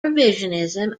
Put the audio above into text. revisionism